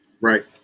right